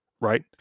right